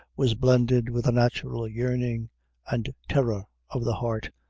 was blended with a natural yearning and terror of the heart,